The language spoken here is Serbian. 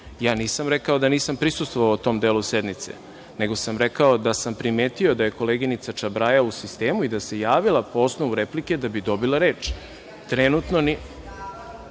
ja nisam rekao da nisam prisustvovao tom delu sednice, nego sam rekao da sam primetio da je koleginica Čabraja u sistemu i da se javila po osnovu replike da bi dobila